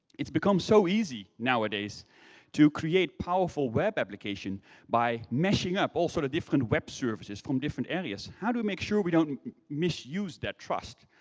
it's become so easy nowadays to create powerful web applications by meshing up a sort of different web services from different areas. how do we make sure we don't misuse that trust?